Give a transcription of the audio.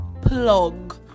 plug